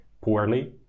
poorly